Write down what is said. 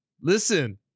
listen